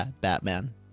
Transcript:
Batman